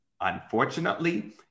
Unfortunately